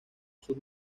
sus